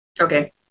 okay